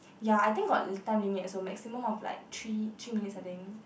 ya I think got time limit also maximum of like three three minutes I think